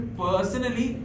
personally